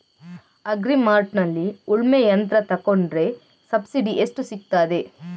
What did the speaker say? Agri ಮಾರ್ಟ್ನಲ್ಲಿ ಉಳ್ಮೆ ಯಂತ್ರ ತೆಕೊಂಡ್ರೆ ಸಬ್ಸಿಡಿ ಎಷ್ಟು ಸಿಕ್ತಾದೆ?